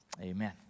Amen